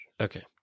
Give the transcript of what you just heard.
okay